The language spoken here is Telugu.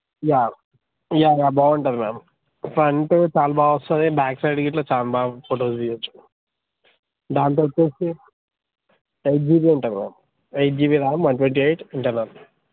యా యా మ్యామ్ బాగుంటుంది మ్యామ్ ఫ్రెంటు చాలా బాగా వస్తుంది బ్యాక్ సైడ్ గిట్ల చాలా బాగా ఫోటోలు తీయవచ్చు దాంట్లో వచ్చి ఎయిట్ జీబీ ఉంటుంది ma'am eight GB RAM one twenty eight internal